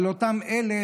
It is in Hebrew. על אותן אלה,